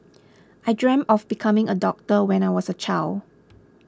I dreamt of becoming a doctor when I was a child